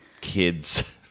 kids